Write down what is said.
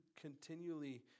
continually